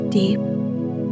deep